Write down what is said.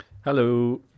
Hello